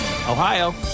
Ohio